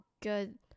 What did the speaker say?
good